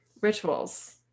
rituals